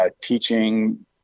teaching